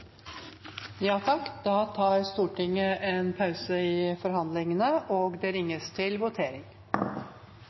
Da tar Stortinget en pause i debatten for å votere. Stortinget går først til votering